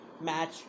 match